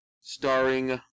starring